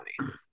money